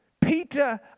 Peter